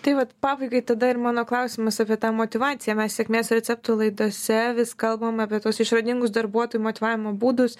tai vat pabaigai tada ir mano klausimas apie tą motyvaciją mes sėkmės receptų laidose vis kalbam apie tuos išradingus darbuotojų motyvavimo būdus